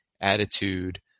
attitude